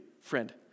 friend